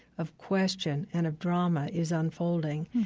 of question and of drama is unfolding,